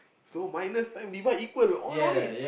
so minus times divide equal all don't need